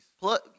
plus